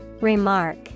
Remark